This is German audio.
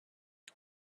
ich